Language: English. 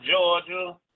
Georgia